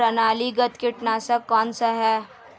प्रणालीगत कीटनाशक कौन सा है?